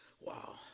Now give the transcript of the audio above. Wow